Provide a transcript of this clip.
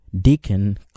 deacon